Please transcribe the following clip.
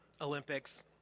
Olympics